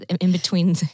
In-between